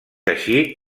així